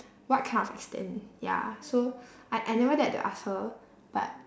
what kind of extent ya so I I never dared to ask her